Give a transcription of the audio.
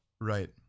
Right